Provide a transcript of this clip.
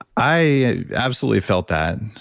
i absolutely felt that,